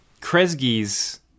Kresge's